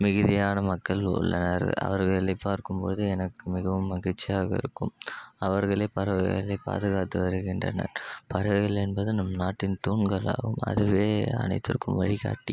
மிகுதியான மக்கள் உள்ளனர் அவர்களை பார்க்கும்பொழுது எனக்கு மிகவும் மகிழ்ச்சியாக இருக்கும் அவர்களே பறவைகளை பாதுகாத்து வருகின்றனர் பறவைகள் என்பது நம் நாட்டின் தூண்கள் ஆகும் அதுவே அனைத்திற்கும் வழிகாட்டி